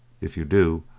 if you do,